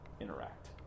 interact